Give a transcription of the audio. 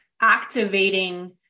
activating